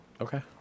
Okay